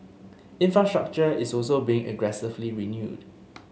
infrastructure is also being aggressively renewed